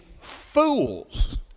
fools